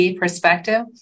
perspective